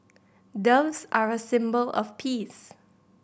doves are a symbol of peace